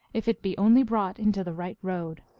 if it be only brought into the right road.